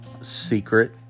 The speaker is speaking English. secret